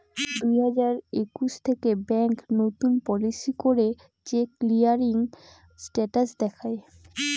দুই হাজার একুশ থেকে ব্যাঙ্ক নতুন পলিসি করে চেক ক্লিয়ারিং স্টেটাস দেখায়